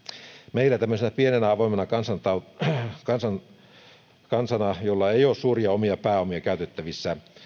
meillä tämmöisenä pienenä avoimena kansana jolla ei ole suuria omia pääomia käytettävissä